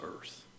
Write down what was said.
earth